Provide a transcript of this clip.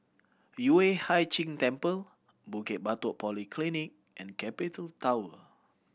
Yueh Hai Ching Temple Bukit Batok Polyclinic and Capital Tower